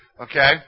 okay